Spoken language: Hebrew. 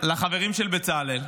לחברים של בצלאל.